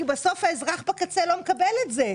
כי בסוף האזרח בקצה לא מקבל את זה,